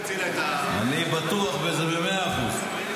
הייתי מוציא לה את --- אני בטוח בזה במאה אחוז.